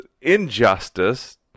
injustice